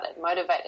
motivated